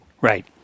Right